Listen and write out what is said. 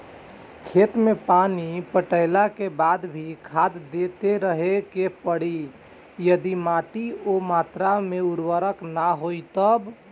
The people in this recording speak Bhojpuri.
खेत मे पानी पटैला के बाद भी खाद देते रहे के पड़ी यदि माटी ओ मात्रा मे उर्वरक ना होई तब?